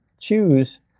choose